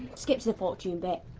skip to the fortune bit.